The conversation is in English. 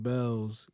Bells